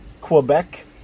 Quebec